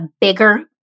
bigger